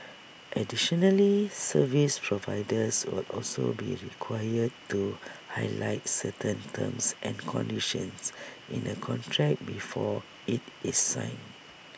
additionally service providers will also be required to highlight certain terms and conditions in A contract before IT is signed